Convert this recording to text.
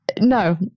No